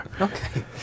Okay